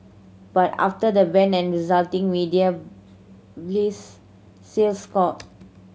but after the ban and resulting media blitz sales soared